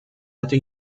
hatte